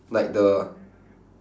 like the